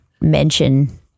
mention